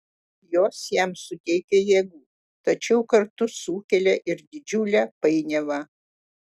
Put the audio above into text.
jos jam suteikia jėgų tačiau kartu sukelia ir didžiulę painiavą